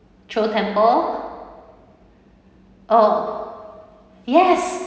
throw temper oh yes